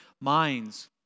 minds